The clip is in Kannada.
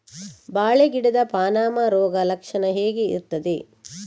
ಬಾಳೆ ಗಿಡದ ಪಾನಮ ರೋಗ ಲಕ್ಷಣ ಹೇಗೆ ಇರ್ತದೆ?